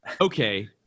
Okay